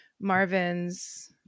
Marvin's